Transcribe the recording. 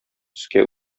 өскә